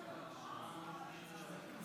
(36) של חברי הכנסת יואב קיש ושלמה קרעי